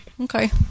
Okay